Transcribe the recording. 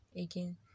again